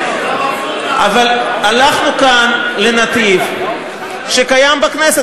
אבל הלכנו כאן לנתיב שקיים בכנסת.